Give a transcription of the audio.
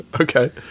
Okay